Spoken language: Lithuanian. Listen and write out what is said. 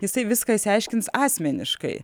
jisai viską išsiaiškins asmeniškai